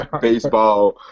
baseball